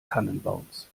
tannenbaums